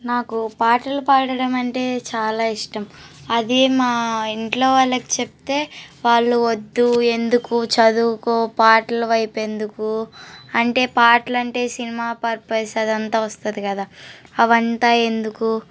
నాకు పాటలు పాడడం అంటే చాలా ఇష్టం అది మా ఇంట్లో వాళ్ళకి చెప్తే వాళ్ళు వద్దు ఎందుకు చదువుకో పాటల వైపు ఎందుకు అంటే పాటల అంటే సినిమా పర్పస్ అదంతా వస్తుంది కదా అవంతా ఎందుకు